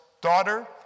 daughter